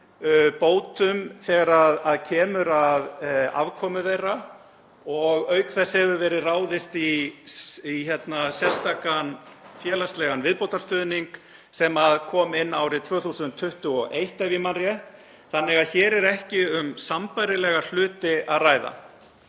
bótum þegar kemur að afkomu þeirra og auk þess hefur verið ráðist í sérstakan félagslegan viðbótarstuðning sem kom inn árið 2021, ef ég man rétt, þannig að hér er ekki um sambærilega hluti að ræða.